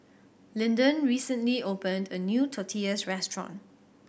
Linden recently opened a new Tortillas Restaurant